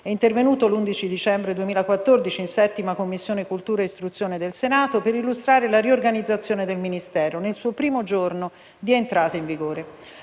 è intervenuto l'11 dicembre 2014 in 7a Commissione cultura e istruzione del Senato per illustrare la riorganizzazione del Ministero, nel suo primo giorno di entrata in vigore.